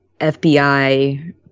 FBI